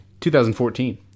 2014